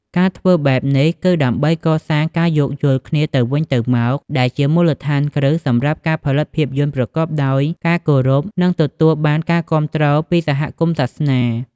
ការធ្វើបែបនេះគឺដើម្បី កសាងការយោគយល់គ្នាទៅវិញទៅមក ដែលជាមូលដ្ឋានគ្រឹះសម្រាប់ការផលិតភាពយន្តប្រកបដោយការគោរព និងទទួលបានការគាំទ្រពីសហគមន៍សាសនា។